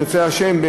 אם ירצה השם,